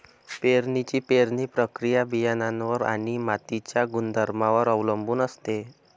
पेरणीची पेरणी प्रक्रिया बियाणांवर आणि मातीच्या गुणधर्मांवर अवलंबून असते